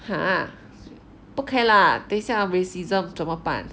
!huh! 不可以啦等一下 racism 怎么办